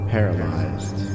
Paralyzed